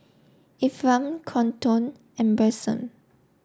Ephraim Quinton and Branson